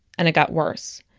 and it got worse.